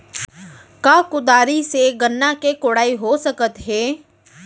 का कुदारी से गन्ना के कोड़ाई हो सकत हे?